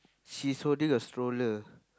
she's holding a stroller